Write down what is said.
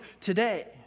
today